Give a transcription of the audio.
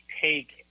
take